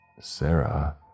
Sarah